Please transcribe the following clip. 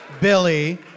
Billy